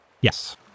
Yes